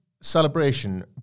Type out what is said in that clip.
celebration